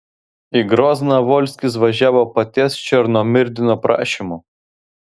į grozną volskis važiavo paties černomyrdino prašymu